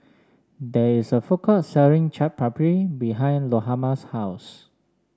there is a food court selling Chaat Papri behind Lahoma's house